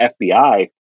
FBI